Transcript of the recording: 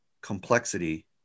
complexity